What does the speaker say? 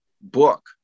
book